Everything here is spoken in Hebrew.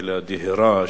של הדהירה,